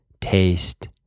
taste